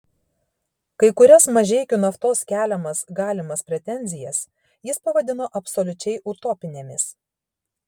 kai kurias mažeikių naftos keliamas galimas pretenzijas jis pavadino absoliučiai utopinėmis